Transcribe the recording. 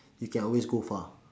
you can always go far